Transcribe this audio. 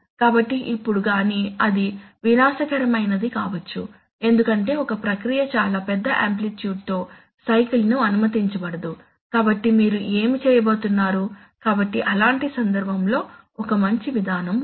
కాబట్టి ఇప్పుడు కానీ అది వినాశకరమైనది కావచ్చు ఎందుకంటే ఒక ప్రక్రియ చాలా పెద్ద ఆంప్లిట్యూడ్ తో సైకిల్ ను అనుమతించబడదు కాబట్టి మీరు ఏమి చేయబోతున్నారు కాబట్టి అలాంటి సందర్భంలో ఒక మంచి విధానం ఉంది